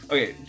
Okay